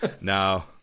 No